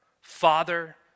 Father